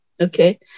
okay